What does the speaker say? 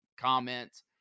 comments